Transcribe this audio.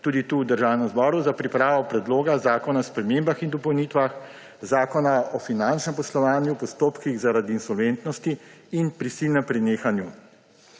tudi tu, v Državnem zboru, za pripravo Predloga zakona o spremembah in dopolnitvah Zakona o finančnem poslovanju v postopkih zaradi insolventnosti in prisilnem prenehanju,